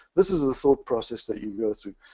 this is a thought process that you go through.